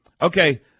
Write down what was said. Okay